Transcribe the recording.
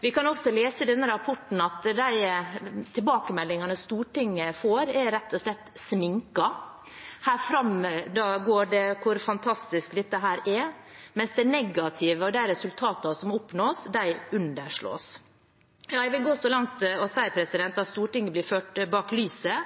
I denne rapporten kan vi også lese at de tilbakemeldingene Stortinget får, rett og slett er sminket. Det framgår hvor fantastisk dette er, mens det negative og resultatene som oppnås, underslås. Jeg vil gå så langt som å si at Stortinget blir ført bak lyset.